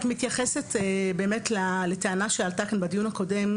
את מתייחסת לטענה שעלתה כאן בדיון הקודם,